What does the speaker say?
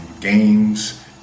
games